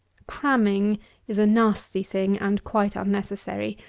cramming is a nasty thing, and quite unnecessary.